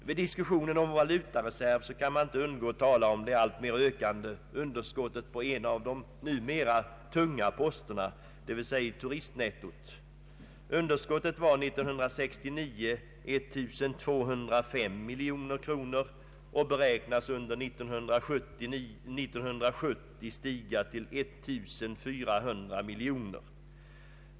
Vid diskussionen om vår valutareserv kan man inte undgå att tala om det alltmer ökande underskottet på en av de numera tunga posterna, d. v. s. turistnettot. Underskottet var 1969 1205 miljoner kronor och beräknas under 1970 stiga till 1400 miljoner kronor.